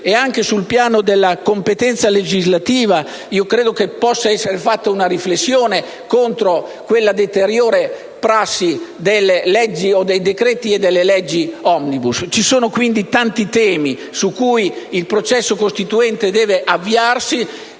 Sempre sul piano della competenza legislativa, credo che possa essere condotta una riflessione contro la deteriore prassi delle leggi o dei decreti legge *omnibus*. Ci sono tanti temi su cui il processo costituente deve avviarsi